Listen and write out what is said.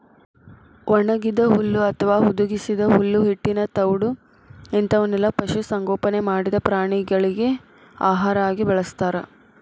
ಒಣಗಿದ ಹುಲ್ಲು ಅತ್ವಾ ಹುದುಗಿಸಿದ ಹುಲ್ಲು ಹಿಟ್ಟಿನ ತೌಡು ಇಂತವನ್ನೆಲ್ಲ ಪಶು ಸಂಗೋಪನೆ ಮಾಡಿದ ಪ್ರಾಣಿಗಳಿಗೆ ಆಹಾರ ಆಗಿ ಬಳಸ್ತಾರ